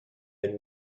elle